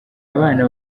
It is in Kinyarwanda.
abana